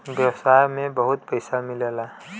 व्यवसाय में बहुत पइसा मिलेला